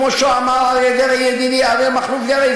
כמו שאמר ידידי אריה מכלוף דרעי,